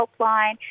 helpline